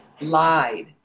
lied